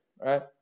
right